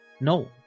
no